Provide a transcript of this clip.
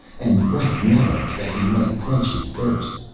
and ripe melons that he might quench his thirst,